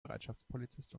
bereitschaftspolizist